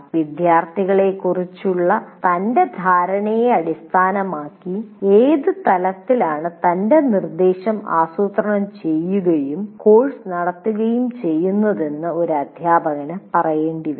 വിദ്യാർത്ഥികളെക്കുറിച്ചുള്ള തന്റെ ധാരണയെ അടിസ്ഥാനമാക്കി ഏത് തലത്തിലാണ് തന്റെ നിർദ്ദേശം ആസൂത്രണം ചെയ്യുകയും കോഴ്സ് നടത്തുകയും ചെയ്യുന്നതെന്ന് ഒരു അധ്യാപകന് പറയേണ്ടി വരും